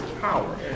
power